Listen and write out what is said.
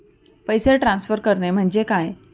पैसे ट्रान्सफर करणे म्हणजे काय?